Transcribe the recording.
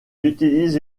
utilise